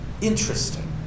interesting